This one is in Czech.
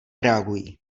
reagují